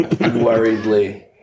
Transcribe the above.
Worriedly